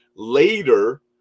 Later